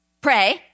pray